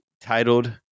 titled